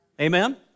Amen